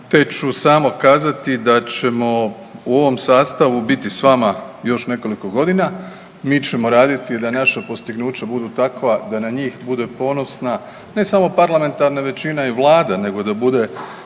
te ću samo kazati da ćemo u ovom sastavu biti s vama još nekoliko godina. Mi ćemo raditi da naša postignuća budu takva da na njih bude ponosna ne samo parlamentarna većina i Vlada, nego da bude